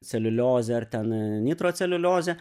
celiuliozė ar ten nitroceliuliozė